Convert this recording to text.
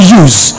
use